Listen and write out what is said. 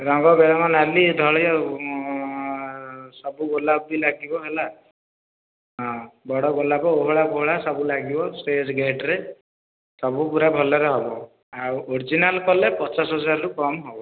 ରଙ୍ଗ ବେରଙ୍ଗ ନାଲି ଧଳା ସବୁ ଗୋଲାପ ବି ଲାଗିବ ହେଲା ହଁ ବଡ଼ ଗୋଲାପ ଓହୋଳା ପୋହୋଳା ସବୁ ଲାଗିବ ଷ୍ଟେଜ୍ ଗେଟ ରେ ସବୁ ପୁରା ଭଲରେ ହେବ ଆଉ ଅରିଜିନାଲ କଲେ ପଚାଶ ହଜାର ରୁ କମ ହେବନି